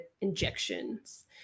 injections